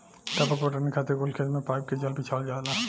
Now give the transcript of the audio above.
टपक पटौनी खातिर कुल खेत मे पाइप के जाल बिछावल जाला